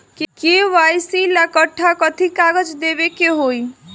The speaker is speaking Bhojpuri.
के.वाइ.सी ला कट्ठा कथी कागज देवे के होई?